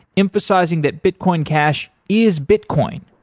emphasizing that bitcoin cash is bitcoin.